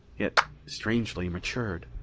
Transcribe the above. yet strangely matured.